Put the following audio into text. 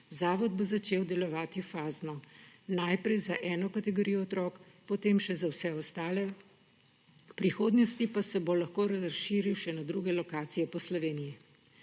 Zavod bo začel delovati fazno. Najprej za eno kategorijo otrok, potem še za vse ostale, v prihodnosti pa se bo lahko razširil še na druge lokacije po Sloveniji.